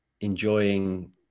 enjoying